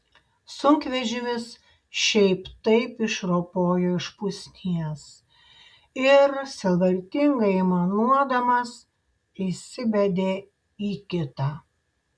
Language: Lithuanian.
sunkvežimis šiaip taip išropojo iš pusnies ir sielvartingai aimanuodamas įsibedė į kitą